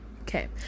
Okay